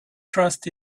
trust